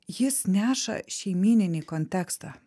jis neša šeimyninį kontekstą